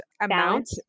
amount